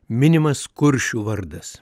minimas kuršių vardas